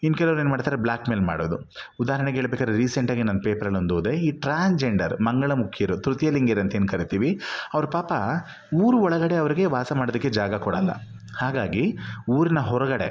ಇನ್ನು ಕೆಲವ್ರು ಏನು ಮಾಡ್ತಾರೆ ಬ್ಲಾಕ್ಮೇಲ್ ಮಾಡೋದು ಉದಾಹರಣೆಗೆ ಹೇಳ್ಬೇಕಾದ್ರೆ ರೀಸೆಂಟಾಗೆ ನಾನು ಪೇಪರಲ್ಲಿ ಒಂದು ಓದಿದೆ ಈ ಟ್ರಾನ್ಸ್ಜೆಂಡರ್ ಮಂಗಳಮುಖಿಯರು ತೃತೀಯಲಿಂಗಿಯರು ಅಂತ ಏನು ಕರಿತೀವಿ ಅವ್ರು ಪಾಪ ಊರು ಒಳಗಡೆ ಅವರಿಗೆ ವಾಸ ಮಾಡೋದಕ್ಕೆ ಜಾಗ ಕೊಡಲ್ಲ ಹಾಗಾಗಿ ಊರಿನ ಹೊರಗಡೆ